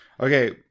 Okay